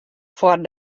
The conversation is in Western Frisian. foar